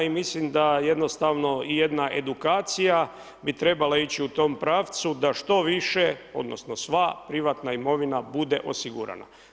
I mislim da jednostavno i jedna edukacija bi trebala ići u tom pravcu da što više, odnosno sva privatna imovina bude osigurana.